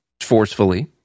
forcefully